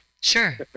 Sure